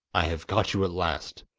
i have caught you at last!